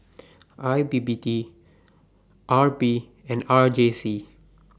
I P P T R P and R J C